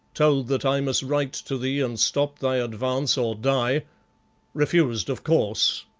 told that i must write to thee and stop thy advance, or die refused, of course,